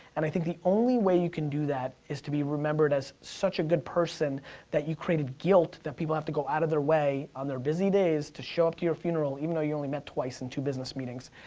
and i think the only way you can do that, is to be remembered as such a good that you created guilt, that people have to go out of their way on their busy days to show up to your funeral, even though you only met twice in two business meetings.